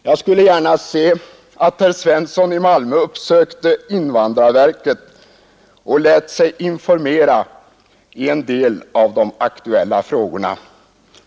Jag skulle gärna se att herr Svensson i Malmö uppsökte invandrarverket och lät sig informera i några av de aktuella frågorna.